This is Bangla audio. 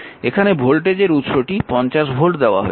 এখানে ভোল্টেজের উৎসটি 50 ভোল্ট দেওয়া হয়েছে